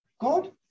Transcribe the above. god